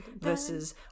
versus